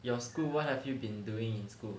your school what have you been doing in school